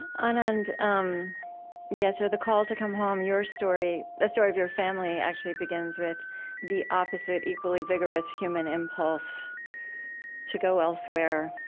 ah anand, um yeah so the call to come home your story, the story of your family, actually, begins with the opposite, equally vigorous human impulse to go elsewhere.